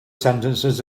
sentences